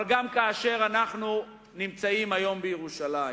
אבל גם כאשר אנחנו נמצאים היום בירושלים,